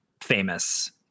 famous